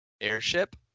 airship